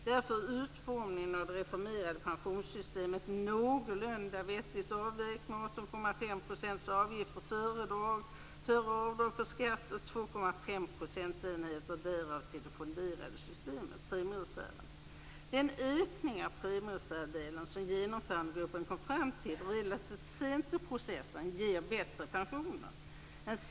Därför är utformningen av det reformerade pensionssystemet någorlunda vettigt avvägt med 18,5 % avgifter före avdrag för skatt och 2,5 procentenheter därav till det fonderade systemet, premiereserven. Den ökning av premiereservsdelen som Genomförandegruppen kom fram till relativt sent i processen ger bättre pensioner.